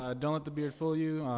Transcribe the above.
ah don't let the beard fool you.